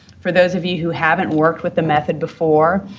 for those of you who haven't worked with the method before,